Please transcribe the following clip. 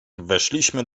weszliśmy